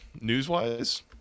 news-wise